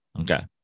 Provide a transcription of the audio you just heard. Okay